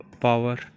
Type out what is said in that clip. power